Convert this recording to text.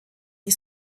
die